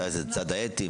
מתיזה צד האתי?